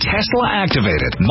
Tesla-activated